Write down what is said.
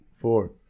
four